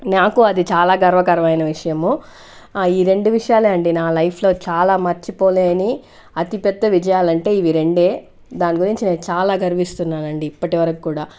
నాకు అది చాలా గర్వకరమైన విషయము ఈ రెండు విషయాలే అండి నా లైఫ్ లో మర్చిపోలేని అతిపెద్ద విజయాలు అంటే ఇవి రెండే దాని గురించి నేను చాలా గర్విస్తున్నానండి ఇప్పటివరకు కూడా